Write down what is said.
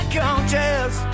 conscious